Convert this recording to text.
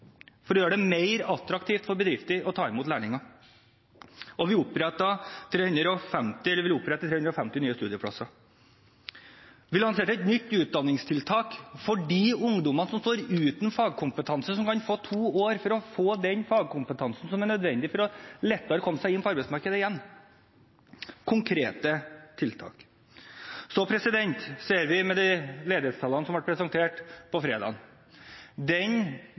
for å gjøre det mer attraktivt for bedrifter å ta imot lærlinger, og vi oppretter 350 nye studieplasser. Vi lanserte et nytt utdanningstiltak for de ungdommene som står uten fagkompetanse – de kan få to år for å få den fagkompetansen som er nødvendig for lettere å komme seg inn på arbeidsmarkedet igjen. Det er konkrete tiltak. Så ser vi av de ledighetstallene som ble presentert på fredag, at den